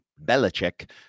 Belichick